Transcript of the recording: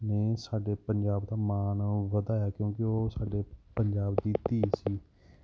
ਨੇ ਸਾਡੇ ਪੰਜਾਬ ਦਾ ਮਾਣ ਉਹ ਵਧਾਇਆ ਕਿਉਂਕਿ ਉਹ ਸਾਡੇ ਪੰਜਾਬ ਦੀ ਧੀ ਸੀ